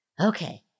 Okay